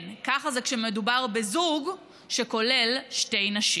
כן, ככה זה כשמדובר בזוג שכולל שתי נשים.